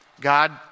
God